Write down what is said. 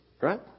right